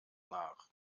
nach